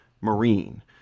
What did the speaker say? Marine